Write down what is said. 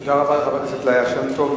תודה רבה לחברת הכנסת ליה שמטוב.